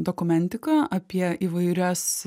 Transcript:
dokumentiką apie įvairias